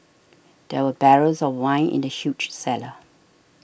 there were barrels of wine in the huge cellar